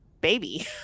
baby